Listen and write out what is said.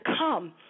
come